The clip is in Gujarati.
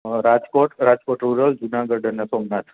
રાજકોટ રાજકોટ રૂરલ જૂનાગઢ અને સોમનાથ